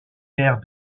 père